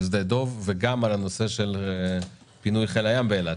שדה דב וגם על הנושא של פינוי חיל הים באילת,